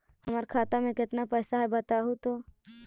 हमर खाता में केतना पैसा है बतहू तो?